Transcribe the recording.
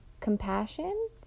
compassion